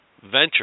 venture